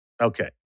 Okay